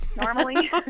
Normally